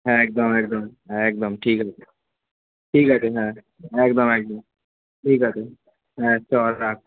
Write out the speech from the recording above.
হ্যাঁ একদম একদম একদম ঠিক আছে ঠিক আছে হ্যাঁ একদম একদম ঠিক আছে হ্যাঁ চ রাখ